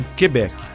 Quebec